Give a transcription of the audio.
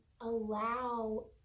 allow